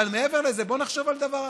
אבל מעבר לזה, בואו נחשוב על דבר אחר.